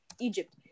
Egypt